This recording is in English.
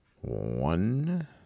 One